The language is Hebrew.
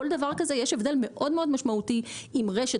בכל דבר כזה יש הבדל מאוד משמעותי אם רשת